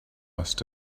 must